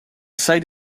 site